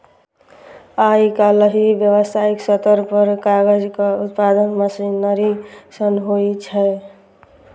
आइकाल्हि व्यावसायिक स्तर पर कागजक उत्पादन मशीनरी सं होइ छै